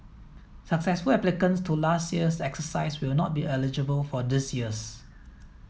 successful applicants to last year's exercise will not be eligible for this year's